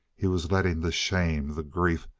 he was letting the shame, the grief,